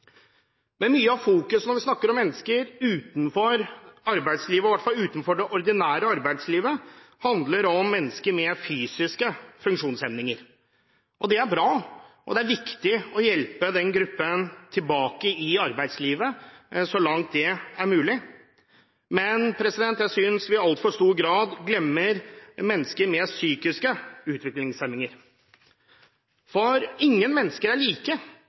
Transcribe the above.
Mye av fokuset når vi snakker om mennesker utenfor arbeidslivet, og i hvert fall utenfor det ordinære arbeidslivet, handler om mennesker med fysiske funksjonshemninger. Det er bra. Det er viktig å hjelpe den gruppen tilbake i arbeidslivet, så langt det er mulig, men jeg synes vi i altfor stor grad glemmer mennesker med psykiske utviklingshemninger. Ingen mennesker er like.